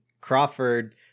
Crawford